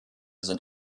sind